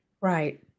Right